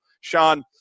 Sean